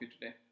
today